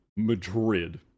madrid